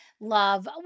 love